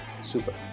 super